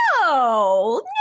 no